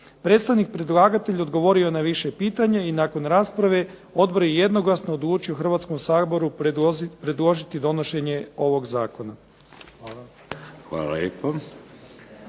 Predstavnik predlagatelja odgovorio je na više pitanja i nakon rasprave odbor je jednoglasno odlučio Hrvatskom saboru predložiti donošenje ovog zakona.